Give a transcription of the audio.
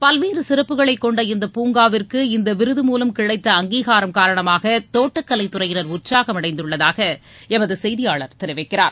பல்வேறு சிறப்புகளை கொண்ட இந்த பூங்காவிற்கு இந்த விருது மூலம் கிடைத்த அங்கீகாரம் காரணமாக தோட்டக்கலைத் துறையினர் உற்சாகமடைந்துள்ளதாக எமது செய்தியாளர் தெரிவிக்கிறார்